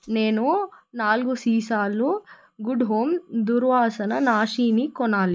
నేను నాలుగు సీసాలు గుడ్ హోమ్ దుర్వాసన నాశీని కొనాలి